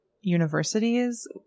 universities